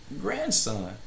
grandson